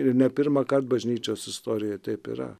ir ne pirmąkart bažnyčios istorijoj taip yra